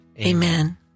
Amen